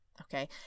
okay